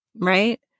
right